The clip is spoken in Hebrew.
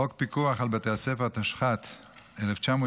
חוק פיקוח על בתי הספר, התשכ"ט 1969,